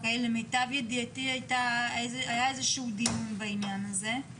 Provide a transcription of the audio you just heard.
מישהו יוכל לעלות ולתאר מה קורה אצלם